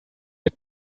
mit